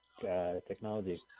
technology